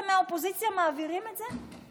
אתם מהאופוזיציה מעבירים את זה.